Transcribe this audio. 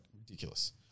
ridiculous